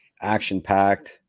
action-packed